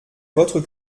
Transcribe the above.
votre